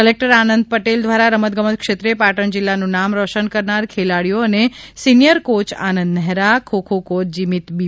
collector Anand Patel દ્વારા રમત ગમત ક્ષેત્રે પાટણ જિલ્લાનું નામ રોશન કરનાર ખેલાડીઓ અને senior coach Anand Nehra kho-kho coach Jimit બી